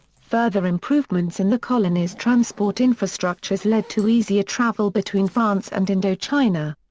further improvements in the colony's transport infrastructures led to easier travel between france and indochina.